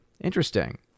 Interesting